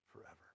forever